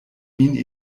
min